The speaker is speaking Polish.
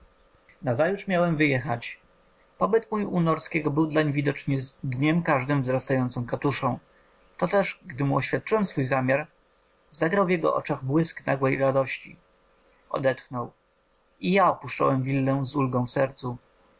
nazajutrz miałem wyjechać pobyt mój u norskiego był dlań widocznie z dniem każdym wzrastającą katuszą to też gdy mu oświadczyłem swój zamiar zagrał w jego oczach błysk nagłej radości odetchnął i ja opuszczałem willę z ulgą w sercu